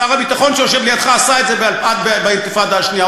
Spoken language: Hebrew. שר הביטחון שיושב לידך עשה את זה באינתיפאדה השנייה,